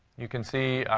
you can see,